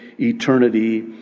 eternity